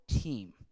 team